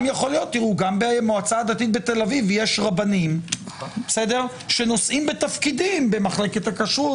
גם במועצה הדתית בתל אביב יש רבנים שנושאים בתפקידים במחלקת הכשרות,